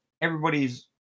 everybody's